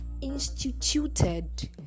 instituted